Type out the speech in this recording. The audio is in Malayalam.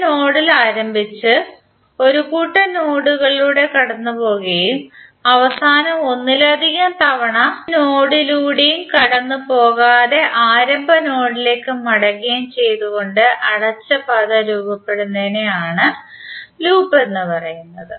ഒരു നോഡിൽ ആരംഭിച്ച് ഒരു കൂട്ടം നോഡുകളിലൂടെ കടന്നുപോകുകയും അവസാനം ഒന്നിലധികം തവണ ഒരു നോഡിലൂടെയും കടന്നുപോകാതെ ആരംഭ നോഡിലേക്ക് മടങ്ങുകയും ചെയ്തുകൊണ്ട് അടച്ച പാത രൂപപെടുന്നതിനെ ആണ് ലൂപ്പ് എന്ന് പറയുന്നത്